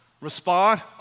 respond